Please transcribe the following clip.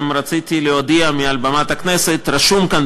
גם רציתי להודיע מעל במת הכנסת: כתוב כאן,